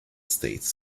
states